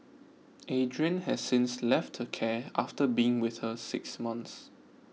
Adrian has since left her care after being with her six months